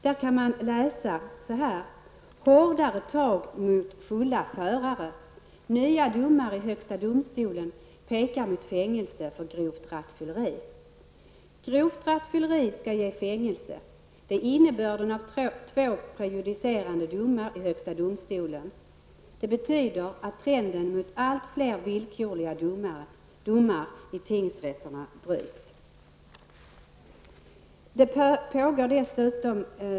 Då kunde man läsa i nya domar i högsta domstolen pekar mot fängelse för grovt rattfylleri. Det hette vidare: Grovt rattfylleri skall ge fängelse. Det är innebörden av två prejudicerande domar i högsta domstolen, HD. Det betyder att trenden mot allt fler villkorliga domar i tingsrätterna bryts.''